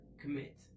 commit